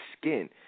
skin